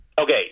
Okay